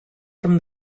from